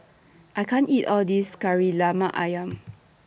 I can't eat All This Kari Lemak Ayam